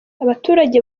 abaturage